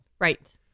Right